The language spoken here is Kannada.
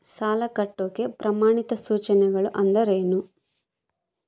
ಸಾಲ ಕಟ್ಟಾಕ ಪ್ರಮಾಣಿತ ಸೂಚನೆಗಳು ಅಂದರೇನು?